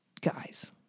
Guys